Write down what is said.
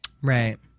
Right